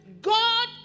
God